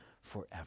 forever